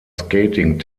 skating